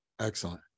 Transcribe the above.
Excellent